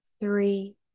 three